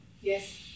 Yes